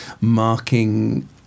Marking